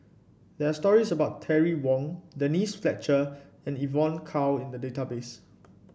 there stories about Terry Wong Denise Fletcher and Evon Kow in the database